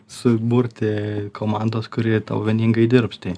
suburti komandos kuri tau vieningai dirbs tai